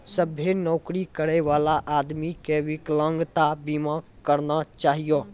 सभ्भे नौकरी करै बला आदमी के बिकलांगता बीमा करना चाहियो